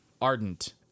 ardent